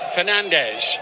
Fernandez